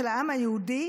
של העם היהודי,